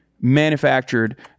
manufactured